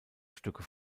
stücke